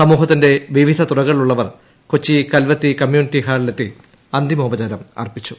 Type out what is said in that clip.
സമൂഹത്തിന്റെ വിവിധ തുറകളിലുള്ളവർ കൊച്ചി കൽവത്തി കമ്മ്യൂണിറ്റി ഹാളിലെത്തി അന്തിമോപചാരം അർപ്പിച്ചു